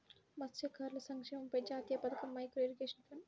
మత్స్యకారుల సంక్షేమంపై జాతీయ పథకం, మైక్రో ఇరిగేషన్ ఫండ్